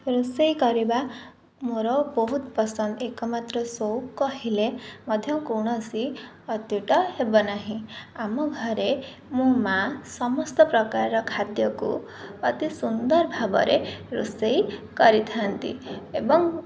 ରୋଷେଇ କରିବା ମୋର ବହୁତ ପସନ୍ଦ ଏକମାତ୍ର ସଉକ କହିଲେ ମଧ୍ୟ କୌଣସି ଅତ୍ୟୁଟ ହେବ ନାହିଁ ଆମ ଘରେ ମୋ ମା' ସମସ୍ତପ୍ରକାରର ଖାଦ୍ୟକୁ ଅତିସୁନ୍ଦର ଭାବରେ ରୋଷେଇ କରିଥାନ୍ତି ଏବଂ